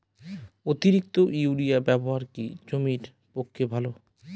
অতিরিক্ত ইউরিয়া ব্যবহার কি জমির পক্ষে ভালো?